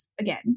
again